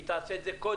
היא תעשה את זה קודם.